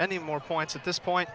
any more points at this point